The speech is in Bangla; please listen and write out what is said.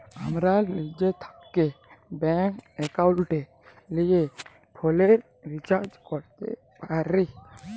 আমরা লিজে থ্যাকে ব্যাংক একাউলটে লিয়ে ফোলের রিচাজ ক্যরতে পারি